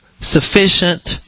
sufficient